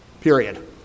period